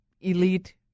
elite